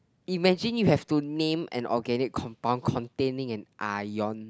imagine you have to name an organic compound containing an Ion